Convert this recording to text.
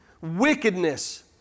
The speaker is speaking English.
wickedness